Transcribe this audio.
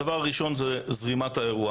הדבר הראשון הוא זרימת האירוע.